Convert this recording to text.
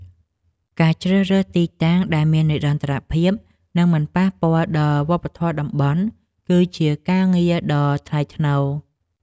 ការជ្រើសរើសទីតាំងដែលមាននិរន្តរភាព និងមិនប៉ះពាល់ដល់វប្បធម៌តំបន់ គឺជាការងារដ៏ថ្លៃថ្នូរ។